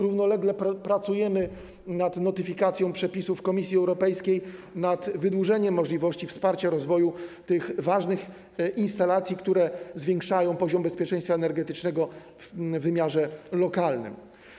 Równolegle pracujemy nad notyfikacją przepisów Komisji Europejskiej, nad zwiększeniem możliwości wsparcia rozwoju tych ważnych instalacji, które podwyższają poziom bezpieczeństwa energetycznego w wymiarze lokalnym.